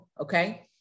okay